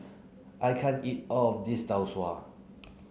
I can't eat all of this Tau Suan